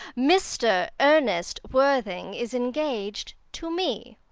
mr. ernest worthing is engaged to me.